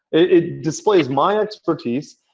it displays my expertise.